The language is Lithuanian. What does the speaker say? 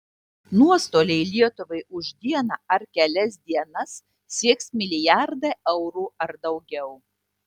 nuostoliai lietuvai už dieną ar kelias dienas sieks milijardą eurų ar daugiau